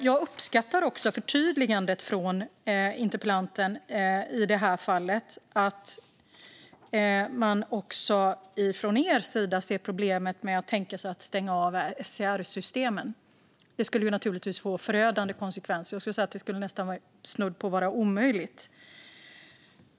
Jag uppskattar förtydligandet från interpellanten i det här fallet om att man också från er sida ser problemet med att tänka sig att stänga av SCR-systemen. Det skulle naturligtvis få förödande konsekvenser. Jag skulle nästan säga att det vore snudd på omöjligt.